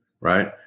Right